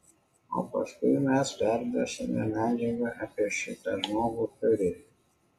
o paskui mes perduosime medžiagą apie šitą žmogų fiureriui